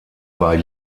war